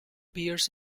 beers